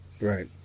right